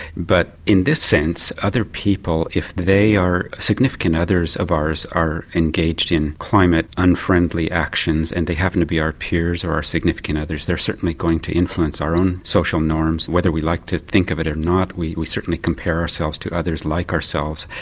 but in this sense other people, if they are significant others of ours, are engaged in climate unfriendly actions and they happen to be our peers, or our significant others, they are certainly going to influence our own social norms. whether we like to think of it or not we we certainly compare ourselves to others like ourselves,